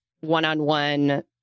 one-on-one